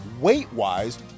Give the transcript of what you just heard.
weight-wise